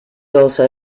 also